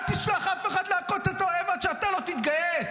אל תשלח אף אחד להכות את האויב עד שאתה תתגייס.